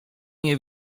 nie